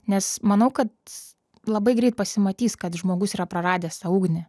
nes manau kad labai greit pasimatys kad žmogus yra praradęs tą ugnį